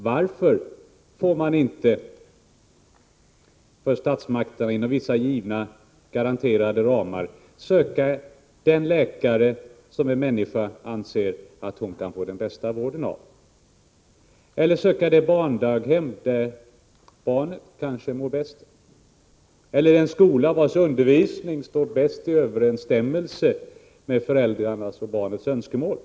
Varför får man inte för statsmakterna, inom vissa garanterade ramar, söka den läkare som en människa anser att hon kan få den bästa vården av, eller söka det barndaghem där barnet kanske mår bäst eller den skola vars undervisning står bäst i överensstämmelse med föräldrarnas och barnets önskemål?